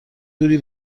توری